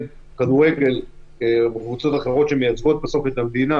בכדורגל וקבוצות אחרות שמייצגות את המדינה